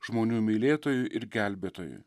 žmonių mylėtojui ir gelbėtojui